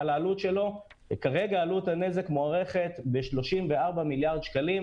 אבל העלות שלו כרגע עלות הנזק מוערכת ב-34 מיליארד שקלים,